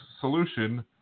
solution